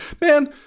man